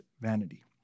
vanity